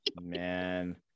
man